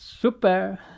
super